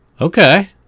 Okay